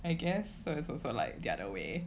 I guess it's also like the other way